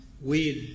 weird